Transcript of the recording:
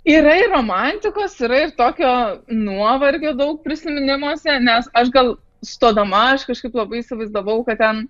yra ir romantikos yra ir tokio nuovargio daug prisiminimuose nes aš gal stodama aš kažkaip labai įsivaizdavau kad ten